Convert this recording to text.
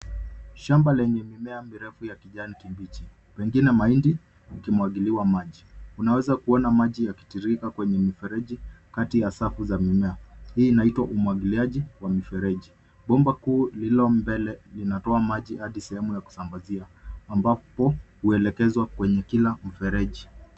Shamba lenye mimea mirefu ya kijani kibichi pengine mahindi yakimwagiliwa maji. Unaweza kuona maji yakitiririka kwenye mifereji kati ya safu za mimea. Hii inaitwa umwagiliaji wa mifereji. Bomba kuu lililo mbele linatoa maji hadi sehemu ya kusambazia ambapo huelekezwa kwenye kila mfereji.